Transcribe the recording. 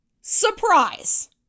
surprise